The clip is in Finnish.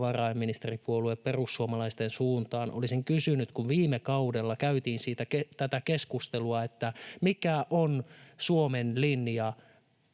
valtiovarainministeripuolue perussuomalaisten suuntaan olisin kysynyt, kun viime kaudellakin käytiin tätä keskustelua, että mikä on Suomen linja